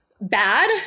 bad